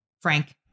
Frank